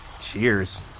Cheers